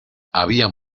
había